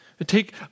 Take